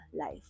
LIFE